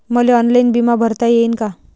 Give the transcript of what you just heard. मले ऑनलाईन बिमा भरता येईन का?